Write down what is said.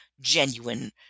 genuine